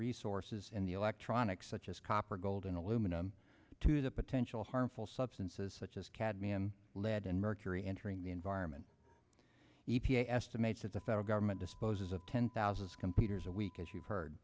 resources in the electronics such as copper gold and aluminum to the potential harmful substances such as cadmium lead and mercury entering the environment e p a estimates that the federal government disposes of ten thousand computers a week as you've heard